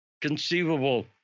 conceivable